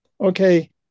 Okay